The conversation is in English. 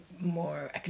more